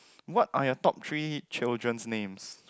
what are your top three children names